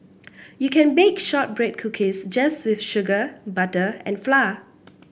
you can bake shortbread cookies just with sugar butter and flour